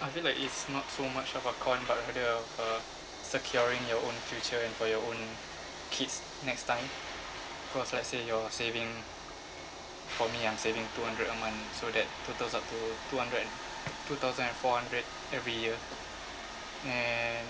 I feel like it's not so much of a con but rather a a securing your own future and for your own kids next time cause let's say you're saving for me I'm saving two hundred a month so that totals up to two hundred and two thousand and four hundred every year and